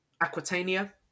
Aquitania